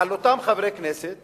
לאותם חברי כנסת